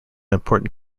important